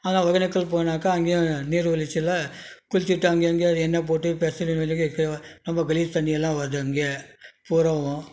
அதுதான் ஒகேனக்கல் போனாக்கா அங்கேயும் நீர்வீழ்ச்சியில குளிச்சிட்டு அங்கங்கே எண்ணய் போட்டு பெசரி அங்கே ரொம்ப கலீஜ் தண்ணியெல்லாம் வருது அங்கேயே பூராவும்